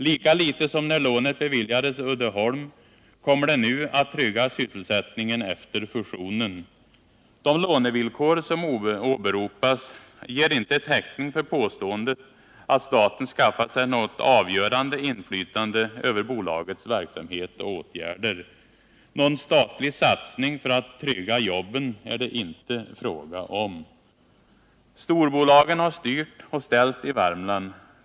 Lika litet som när lånet beviljades Uddeholm kommer det nu att trygga sysselsättningen efter fusionen. De lånevillkor som åberopas ger inte täckning för påståendet att staten skaffat sig något avgörande inflytande över bolagets verksamhet och åtgärder. Någon statlig satsning för att trygga jobben är det inte fråga om. Storbolagen har styrt och ställt i Värmland.